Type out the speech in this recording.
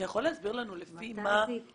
אתה יכול להסביר לנו לפי מה הוחלט